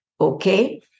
okay